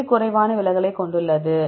எது குறைவான விலகலைக் கொண்டுள்ளது